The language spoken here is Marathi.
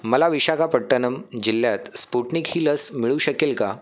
मला विशाखापट्टणम जिल्ह्यात स्पुटनिक ही लस मिळू शकेल का